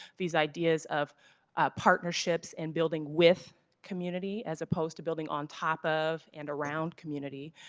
these ideas of partnerships and building with community as opposed to building on top of and around community.